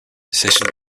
decision